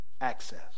Access